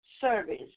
service